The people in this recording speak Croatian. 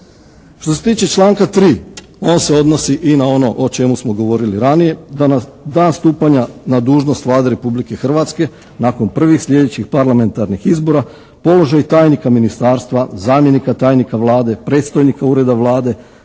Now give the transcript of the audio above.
Što se tiče članka 3. on se odnosi i na ono o čemu smo govorili ranije. Da na dan stupanja na dužnost Vlade Republike Hrvatske nakon prvih sljedećih parlamentarnih izbora položaj tajnika ministarstva, zamjenika tajnika Vlade, predstojnika Ureda Vlade,